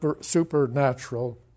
supernatural